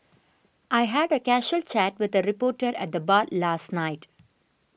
I had a casual chat with a reporter at the bar last night